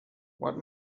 what